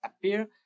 appear